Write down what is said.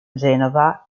genova